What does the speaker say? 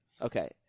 Okay